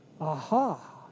aha